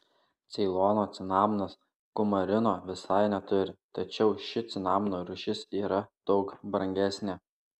ceilono cinamonas kumarino visai neturi tačiau ši cinamono rūšis yra daug brangesnė